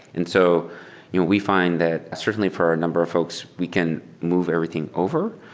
and so you know we find that certainly for a number of folks, we can move everything over.